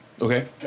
Okay